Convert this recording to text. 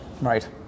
right